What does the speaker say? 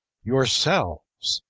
yourselves!